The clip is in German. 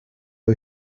ihr